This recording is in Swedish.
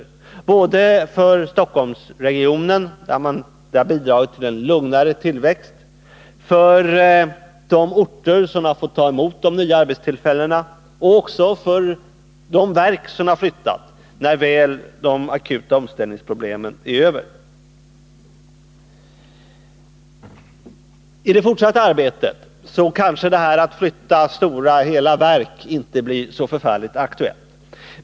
Det gäller för Stockholmsregionen, där utflyttningarna har bidragit till en lugnare tillväxt, för de orter som har fått ta emot de nya arbetstillfällena och — när väl de akuta omställningsproblemen varit över — för de verk som har flyttat. I det fortsatta arbetet kanske det inte blir särskilt aktuellt att flytta hela stora verk.